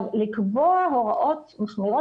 לקבוע הוראות מחמירות,